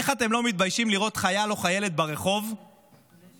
איך אתם לא מתביישים לראות חייל או חיילת ברחוב ולדעת